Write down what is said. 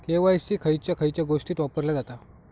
KYC खयच्या खयच्या गोष्टीत वापरला जाता?